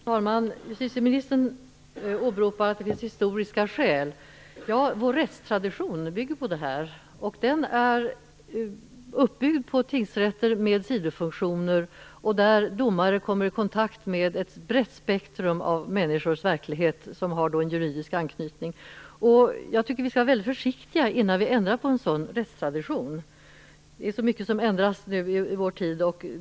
Fru talman! Justitieministern åberopar historiska skäl. Vår rättstradition bygger på tingsrätter med sidofunktioner. Domare kommer i kontakt med ett brett spektrum som har en juridisk anknytning. Jag tycker att vi skall vara försiktiga innan vi ändrar på en sådan rättstradition. Det är så mycket som ändras i vår tid.